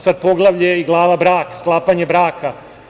Sad poglavlje i glava brak, sklapanje braka.